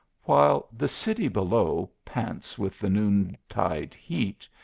while the city below pants with the noon-tide heat,